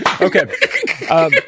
Okay